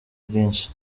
bwinshi